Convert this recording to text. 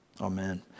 amen